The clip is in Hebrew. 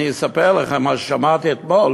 אני אספר לך מה ששמעתי אתמול